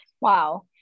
Wow